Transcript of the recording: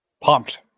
Pumped